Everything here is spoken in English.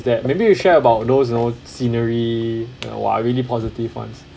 that maybe you share about those you know scenery !wah! really positive ones